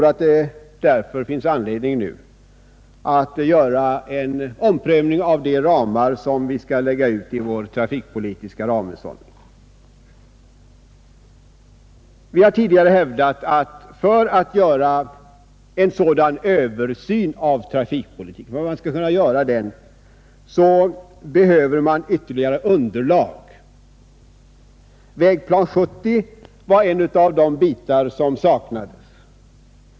Det finns därför anledning att nu göra en omprövning av de ramar, som vi skall lägga ut i vår trafikpolitiska ramhushållning. Vi har tidigare hävdat att man för att göra en sådan översyn av trafikpolitiken behöver ytterligare underlag. Vägplan 70 var en av de bitar som saknades.